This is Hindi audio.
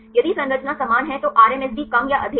यदि संरचना समान है तो आरएमएसडी कम या अधिक है